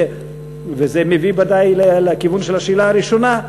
וזה מביא ודאי לכיוון של השאלה הראשונה.